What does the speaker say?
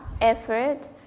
effort